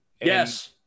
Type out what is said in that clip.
Yes